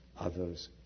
Others